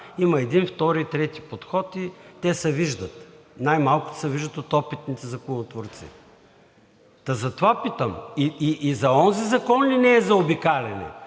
има един, втори, трети подход и те се виждат, най-малко се виждат от опитните законотворци, та затова питам. И за онзи закон ли не е заобикаляне,